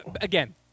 Again